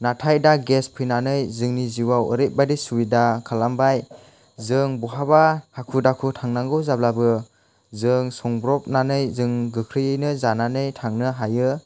नाथाय दा गेस फैनानै जोंनि जिउआव ओरैबायदि सुबिदा खालामबाय जों बहाबा हाखु दाखु थांनांगौ जाब्लाबो जों संब्र'बनानै जों गोख्रैयैनो जानानै थांनो हायो